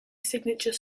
signature